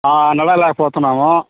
నడవలేకపోతున్నాము